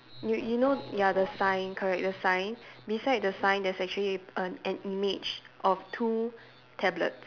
you you know ya the sign correct the sign beside the sign there's actually a an image of two tablets